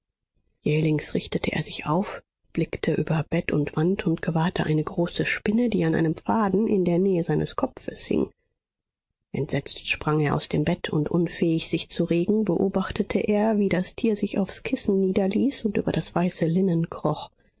jählings richtete er sich auf blickte über bett und wand und gewahrte eine große spinne die an einem faden in der nähe seines kopfes hing entsetzt sprang er aus dem bett und unfähig sich zu regen beobachtete er wie das tier sich aufs kissen niederließ und über das weiße linnen